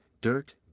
dirt